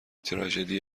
تراژدی